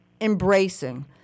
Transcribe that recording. embracing